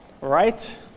right